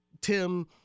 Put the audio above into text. Tim